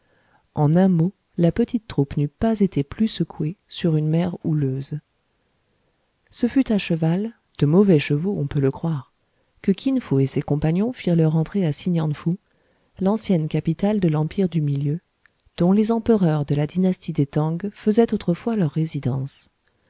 en un mot la petite troupe n'eût pas été plus secouée sur une mer houleuse ce fut à cheval de mauvais chevaux on peut le croire que kin fo et ses compagnons firent leur entrée à si gnan fou l'ancienne capitale de l'empire du milieu dont les empereurs de la dynastie des tang faisaient autrefois leur résidence